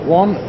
one